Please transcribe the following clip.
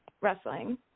wrestling